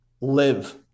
Live